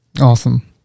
awesome